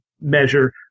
measure